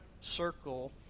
circle